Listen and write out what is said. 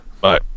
Bye